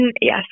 Yes